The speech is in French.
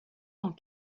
dans